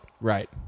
right